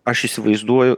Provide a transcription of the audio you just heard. aš įsivaizduoju